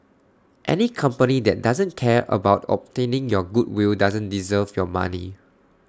any company that doesn't care about obtaining your goodwill doesn't deserve your money